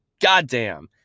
Goddamn